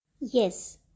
Yes